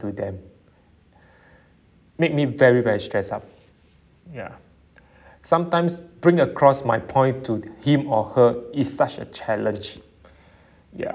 to them made me very very stressed up ya sometimes bring across my point to him or her is such a challenge ya